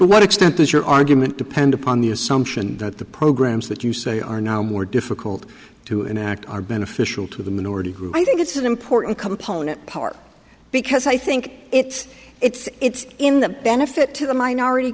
what extent does your argument depend upon the assumption that the programs that you say are now more difficult to enact are beneficial to the minority group i think it's an important component part because i think it's it's in the benefit to the minority